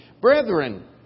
Brethren